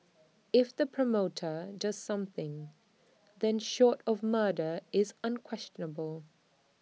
if the promoter does something then short of murder it's unquestionable